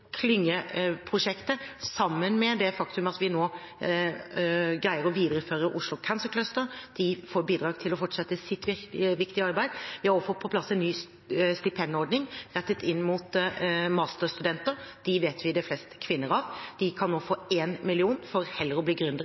klyngeprosjektet, sammen med det faktum at vi nå greier å videreføre Oslo Cancer Cluster – de får bidrag til å fortsette sitt viktige arbeid. Vi har også fått på plass en ny stipendordning rettet inn mot masterstudenter. Dem vet vi det er flest kvinner av. De kan nå få 1 mill. kr for heller å bli